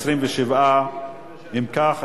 27. אם כך,